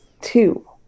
two